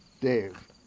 Dave